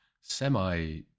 semi